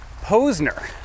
Posner